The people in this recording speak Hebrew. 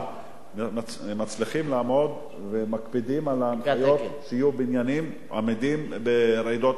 מצליחים לעמוד ומקפידים על ההנחיות שיהיו בניינים עמידים לרעידות אדמה.